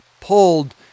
pulled